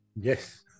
Yes